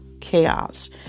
chaos